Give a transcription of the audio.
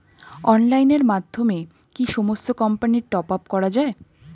অনলাইনের মাধ্যমে কি সমস্ত কোম্পানির টপ আপ করা যায়?